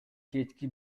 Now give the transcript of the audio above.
кечки